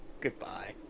goodbye